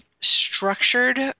structured